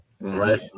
right